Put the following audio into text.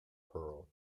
pearl